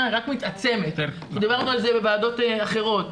רק מתעצמת ודיברנו על כך בוועדות אחרות.